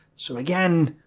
so again,